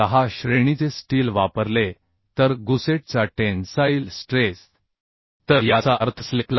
410 श्रेणीचे स्टील वापरले तर गुसेटचा टेन्साईल स्ट्रेस प्लेट 410 MPa असेल बरोबर